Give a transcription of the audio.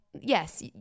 yes